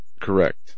Correct